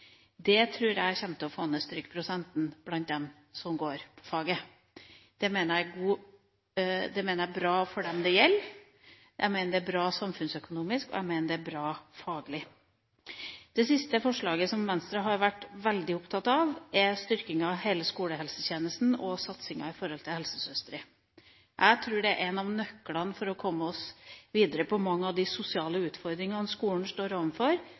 Det tror jeg kommer til å få ned strykprosenten blant dem som går på faget. Det mener jeg er bra for dem det gjelder, det er bra samfunnsøkonomisk, og det er faglig sett bra. Det siste forslaget som Venstre har vært veldig opptatt av, er styrkinga av hele skolehelsetjenesten og satsinga når det gjelder helsesøstre. Jeg tror det er en av nøklene for å komme seg videre når det gjelder mange av de sosiale utfordringene skolen står